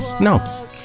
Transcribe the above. No